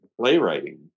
playwriting